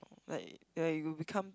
like like you will become